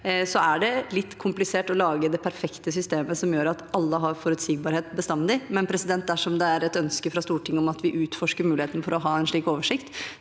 er det litt komplisert å lage det perfekte systemet som gjør at alle har forutsigbarhet bestandig. Men dersom det er et ønske fra Stortinget om at vi utforsker muligheten for å ha en slik oversikt,